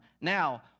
Now